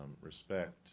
respect